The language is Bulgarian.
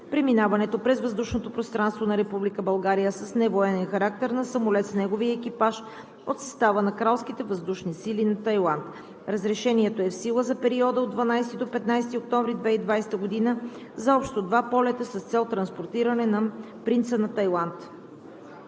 Преминаването през въздушното пространство на Република България с невоенен характер на самолет с неговия екипаж от състава на Кралските военновъздушни сили на Тайланд. Разрешението е в сила за периода от 12 до 15 октомври 2020 г. за общо два полета с цел транспортиране на принца на Тайланд.